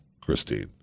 christine